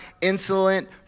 insolent